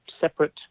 separate